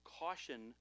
caution